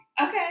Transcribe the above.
Okay